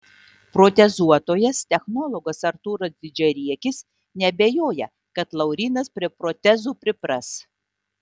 protezuotojas technologas artūras didžiariekis neabejoja kad laurynas prie protezų pripras